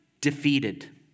defeated